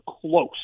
close